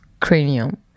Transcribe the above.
cranium